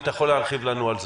אם אתה יכול להרחיב לנו על זה.